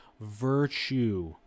virtue